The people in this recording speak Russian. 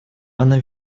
она